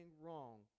wrong